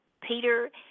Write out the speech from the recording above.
peter